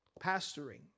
pastoring